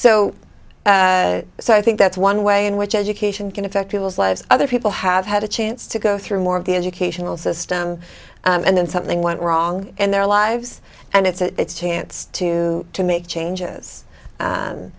so so i think that's one way in which education can affect people's lives other people have had a chance to go through more of the educational system and then something went wrong in their lives and its chance to to make changes